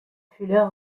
fuller